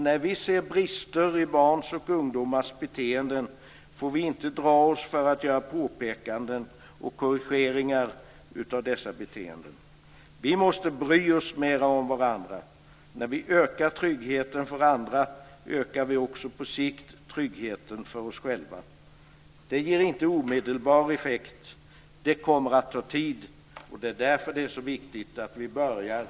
När vi ser brister i barns och ungdomars beteenden får vi inte dra oss för att göra påpekanden och korrigeringar av dessa beteenden. Vi måste bry oss mer om varandra. När vi ökar tryggheten för andra ökar vi också på sikt tryggheten för oss själva. Det ger inte omedelbar effekt. Det kommer att ta tid. Det är därför som det är så viktigt att vi börjar nu.